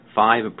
five